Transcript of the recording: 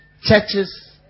churches